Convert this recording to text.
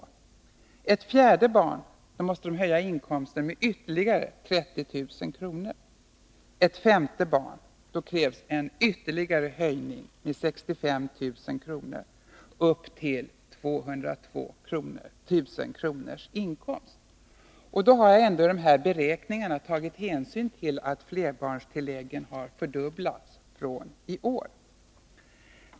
För ett fjärde barn måste de höja inkomsten med ytterligare 30 000 kr. För ett femte barn krävs en ytterligare höjning med 65 000 kr., upp till 202 000 kr. i inkomst. Då har jag ändå vid beräkningen tagit hänsyn till att flerbarnstilläggen har fördubblats från i år.